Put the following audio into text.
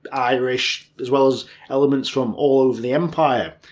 but irish, as well as elements from all over the empire.